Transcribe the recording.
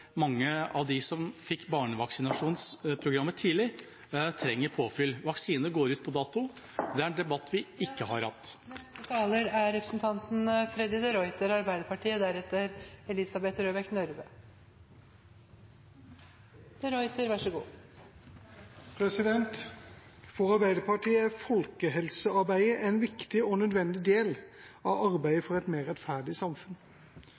mange som fikk barnevaksinasjonsprogrammet tidlig, trenger påfyll. Vaksiner går ut på dato. Det er en debatt vi ikke har tatt. For Arbeiderpartiet er folkehelsearbeidet en viktig og nødvendig del av arbeidet for et mer rettferdig samfunn.